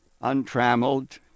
untrammeled